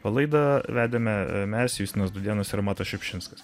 laida vedėme mes justinas dudėnas ir matas šiupšinskas